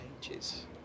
changes